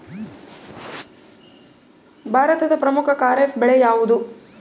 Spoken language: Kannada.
ಭಾರತದ ಪ್ರಮುಖ ಖಾರೇಫ್ ಬೆಳೆ ಯಾವುದು?